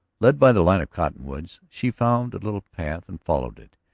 led by the line of cottonwoods she found a little path and followed it,